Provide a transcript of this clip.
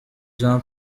jean